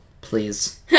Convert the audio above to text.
Please